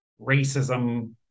racism